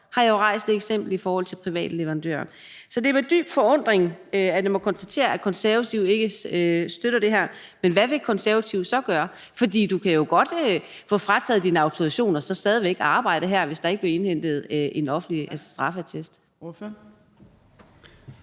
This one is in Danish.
har jo også rejst et eksempel i forhold til private leverandører. Så det er med dyb forundring, at jeg må konstatere, at Konservative ikke støtter det her. Men hvad vil Konservative så gøre? For du kan jo godt få frataget din autorisation og så stadig væk arbejde her, hvis der ikke bliver indhentet en offentlig straffeattest.